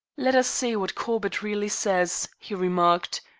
let us see what corbett really says, he remarked,